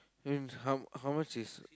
I mean how how much is